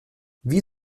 wie